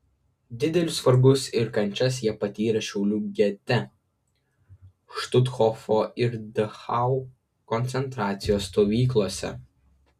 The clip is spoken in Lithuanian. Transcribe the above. didelius vargus ir kančias jie patyrė šiaulių gete štuthofo ir dachau koncentracijos stovyklose